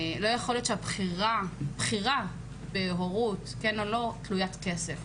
לא יכול להיות שהבחירה בהורות כן או לא היא תלוית כסף.